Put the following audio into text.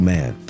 Man